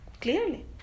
Clearly